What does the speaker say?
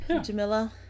Jamila